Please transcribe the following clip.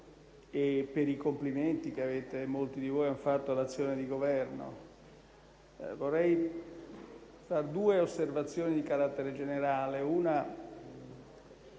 e per i complimenti che molti di voi hanno fatto all'azione di Governo. Vorrei fare due osservazioni di carattere generale.